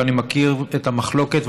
ואני מכיר את המחלוקת,